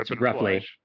roughly